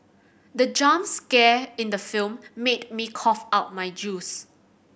the jump scare in the film made me cough out my juice